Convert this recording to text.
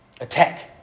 Attack